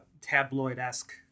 tabloid-esque